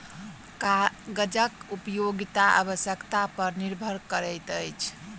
कागजक उपयोगिता आवश्यकता पर निर्भर करैत अछि